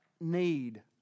need